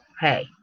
hey